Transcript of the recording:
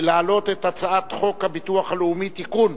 להעלות את הצעת חוק הביטוח הלאומי (תיקון,